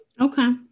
Okay